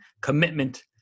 commitment